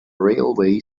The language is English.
railway